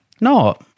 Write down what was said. no